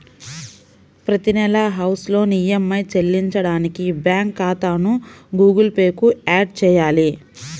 ప్రతి నెలా house loan EMI చెల్లించడానికి బ్యాంకు ఖాతాను గుగుల్ పే కు యాడ్ చేయాలి